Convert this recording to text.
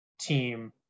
team